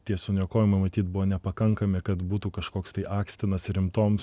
tie suniokojimai matyt buvo nepakankami kad būtų kažkoks tai akstinas rimtoms